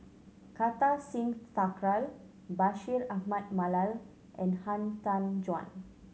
Kartar Singh Thakral Bashir Ahmad Mallal and Han Tan Juan